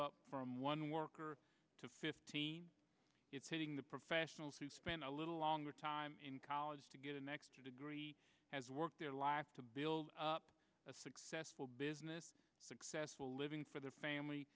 up from one worker to fifteen it's hitting the professionals who spent a little longer time in college to get an extra degree has worked their lives to build up a successful business successful living for their family